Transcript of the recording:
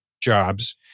jobs